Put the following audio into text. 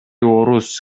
орус